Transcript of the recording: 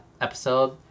episode